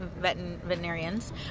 veterinarians